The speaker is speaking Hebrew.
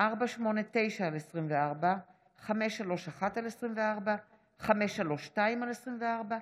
פ/489/24, פ/531/24, פ/532/24,